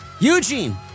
Eugene